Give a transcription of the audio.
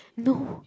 no